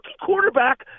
quarterback